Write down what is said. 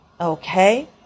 Okay